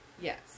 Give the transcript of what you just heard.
Yes